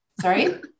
Sorry